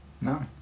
No